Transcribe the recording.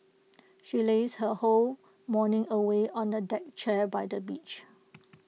she lazed her whole morning away on A deck chair by the beach